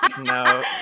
No